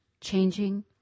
Changing